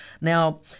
Now